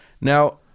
Now